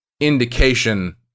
indication